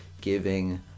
giving